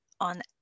On